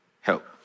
help